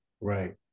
right